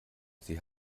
sie